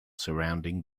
surrounding